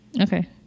Okay